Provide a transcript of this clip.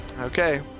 Okay